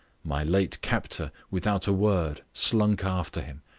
my late captor, without a word, slunk after him,